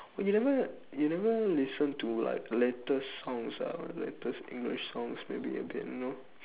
you never you never listen to like latest songs ah latest english songs maybe a bit you know